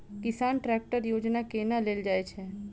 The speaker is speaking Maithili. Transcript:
किसान ट्रैकटर योजना केना लेल जाय छै?